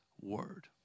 word